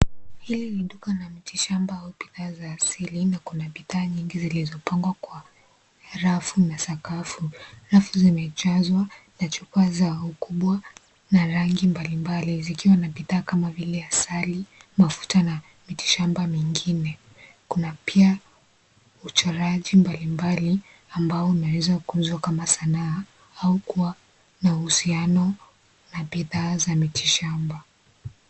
Hili ni duka la miti shamba au bidhaa za asili na kuna bidhaa nyingi zilizopangwa kwa rafu na sakafu . Rafu zimejazwa na chupa za ukubwa na rangi mbalimbali zikiwa nabidhaa kama vile asali , mafuta na miti shamba mingine . Kuna pia uchoraji mbalimbali ambao unaweza kuuzwa kama sanaa au kuwa na uhusiano na bidhaa za miti shamba.